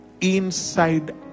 inside